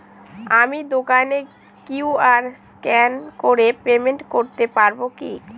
আমি দোকানে Q R scan করে পেমেন্ট করতে পারবো কি?